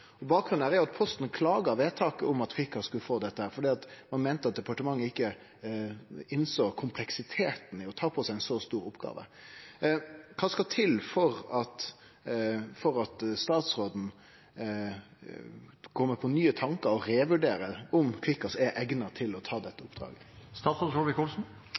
Bakgrunnen her er at Posten klaga inn vedtaket om at Kvikkas skulle få dette, for ein meinte at departementet ikkje innsåg kompleksiteten i å ta på seg ei så stor oppgåve. Kva skal til for at statsråden kjem på nye tankar og revurderer om Kvikkas er eigna til å ha dette